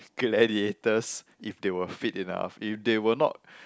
gladiators if they were fit enough if they were not